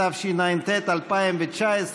התשע"ט 2019,